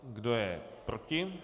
Kdo je proti?